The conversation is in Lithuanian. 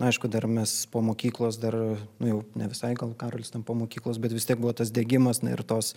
aišku dar mes po mokyklos dar nu jau ne visai gal karolis ten po mokyklos bet vis tiek buvo tas degimas na ir tos